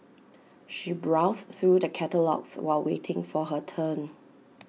she browsed through the catalogues while waiting for her turn